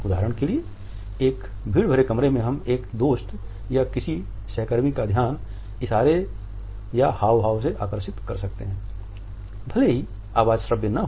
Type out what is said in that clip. उदाहरण के लिए एक भीड़ भरे कमरे में हम एक दोस्त या किसी सहकर्मी का ध्यान इशारे या हावभाव से आकर्षित कर सकते हैं भले ही आवाज श्रव्य न हो